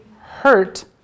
hurt